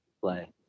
play